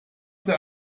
der